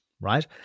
right